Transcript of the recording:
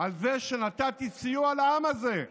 על זה שנתתי סיוע לעם הזה,